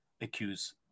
accuse